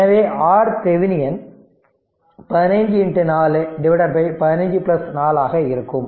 எனவே RThevenin 15 4 15 4 ஆக இருக்கும்